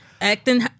acting